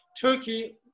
Turkey